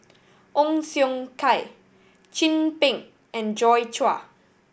Ong Siong Kai Chin Peng and Joi Chua